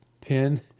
Pin